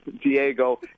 Diego